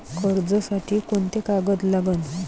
कर्जसाठी कोंते कागद लागन?